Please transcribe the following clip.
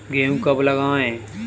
गेहूँ कब लगाएँ?